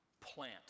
Plant